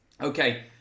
okay